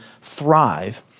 thrive